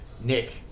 Nick